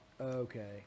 Okay